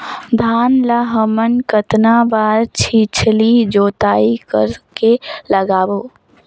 धान ला हमन कतना बार छिछली जोताई कर के लगाबो?